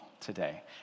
today